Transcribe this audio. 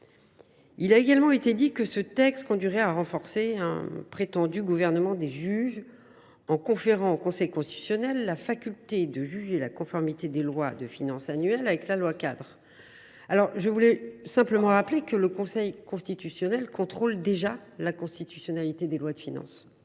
Il a également été dit que ce texte conduirait à renforcer le prétendu « gouvernement des juges », en conférant au Conseil constitutionnel la faculté de juger la conformité des lois de finances annuelles à la loi cadre. Mes chers collègues, le Conseil constitutionnel contrôle déjà la constitutionnalité des lois de finances